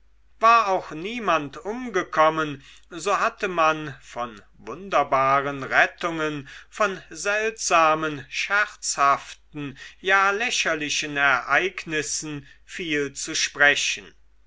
war auch niemand umgekommen so hatte man von wunderbaren rettungen von seltsamen scherzhaften ja lächerlichen ereignissen viel zu sprechen